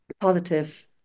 positive